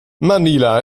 manila